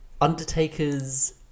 Undertaker's